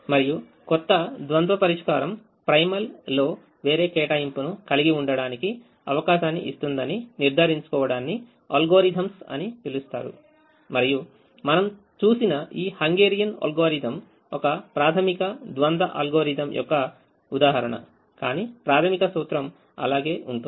మరియు కొత్త ద్వంద్వ పరిష్కారం primal లో వేరే కేటాయింపును కలిగి ఉండడానికి అవకాశాన్ని ఇస్తుందని నిర్ధారించుకోవడాన్ని ఆల్గోరిథమ్స్ అని పిలుస్తారు మరియు మనం చూసిన ఈ హంగేరియన్ అల్గోరిథం ఒక ప్రాథమిక ద్వంద్వ అల్గోరిథం యొక్కఉదాహరణ కానీ ప్రాథమిక సూత్రం అలాగే ఉంటుంది